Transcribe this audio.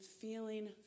feeling